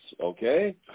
okay